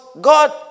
God